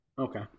Okay